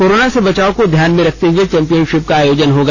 corona से बचाव को ध्यान में रखते हुए चैम्पियनशिप का आयोजन होगा